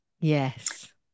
yes